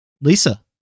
Lisa